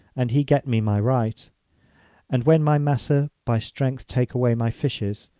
and he get me my right and when my maser by strength take away my fishes,